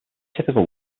typical